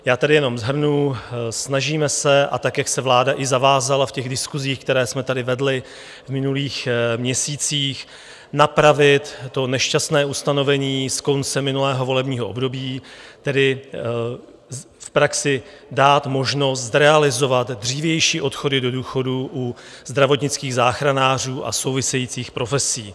Já tady jenom shrnu, snažíme se, a tak jak se vláda i zavázala v těch diskusích, které jsme tady vedli v minulých měsících, napravit to nešťastné ustanovení z konce minulého volebního období, tedy v praxi dát možnost zrealizovat dřívější odchody do důchodu u zdravotnických záchranářů a souvisejících profesí.